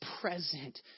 present